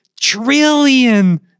Trillion